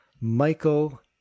Michael